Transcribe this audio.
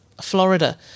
Florida